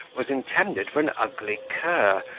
was intended for an ugly cur,